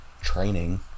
training